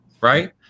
right